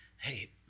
hey